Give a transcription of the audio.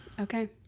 Okay